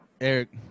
Eric